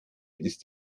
ist